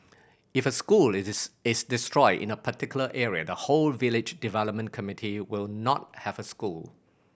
if a school is destroyed in a particular area the whole village development committee will not have a school